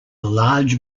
large